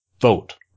vote